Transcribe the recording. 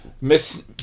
Miss